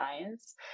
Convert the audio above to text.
science